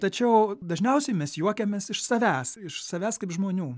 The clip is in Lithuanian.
tačiau dažniausiai mes juokiamės iš savęs iš savęs kaip žmonių